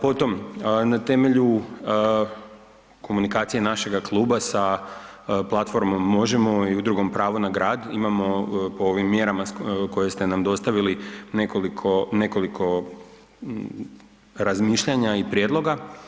Potom, na temelju komunikacije našega kluba sa platformom Možemo i Udrugom Pravo na grad, imamo po ovim mjerama koje ste nam dostavili nekoliko, nekoliko razmišljanja i prijedloga.